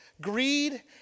greed